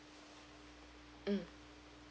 mm